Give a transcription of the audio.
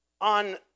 on